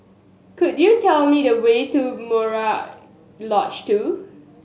could you tell me the way to Murai Lodge Two